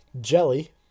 Jelly